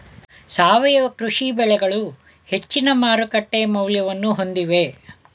ಸಾವಯವ ಕೃಷಿ ಬೆಳೆಗಳು ಹೆಚ್ಚಿನ ಮಾರುಕಟ್ಟೆ ಮೌಲ್ಯವನ್ನು ಹೊಂದಿವೆ